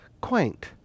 quaint